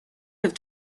have